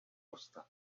postav